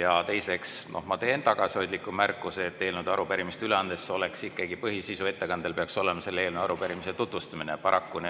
Ja teiseks, ma teen tagasihoidliku märkuse, et eelnõu või arupärimist üle andes peaks ikkagi ettekande põhisisu olema selle eelnõu või arupärimise tutvustamine. Paraku